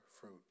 fruit